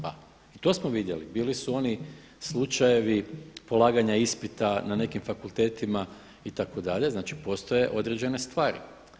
Pa to smo vidjeli, bili su oni slučajevi polaganja ispita na nekim fakultetima itd., znači postoje određene stvari.